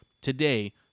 today